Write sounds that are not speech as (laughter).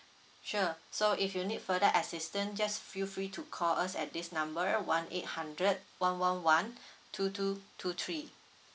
sure so if you need further assistance just feel free to call us at this number one eight hundred one one one (breath) two two two three